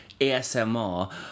ASMR